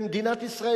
למדינת ישראל,